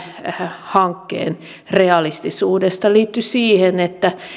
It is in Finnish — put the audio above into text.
hankkeen realistisuudesta liittyivät siihen että